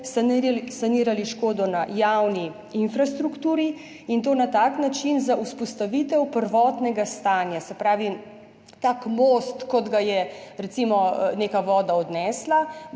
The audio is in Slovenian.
sanirali škodo na javni infrastrukturi, in to na tak način za vzpostavitev prvotnega stanja. Se pravi, tak most kot ga je, recimo, neka voda odnesla,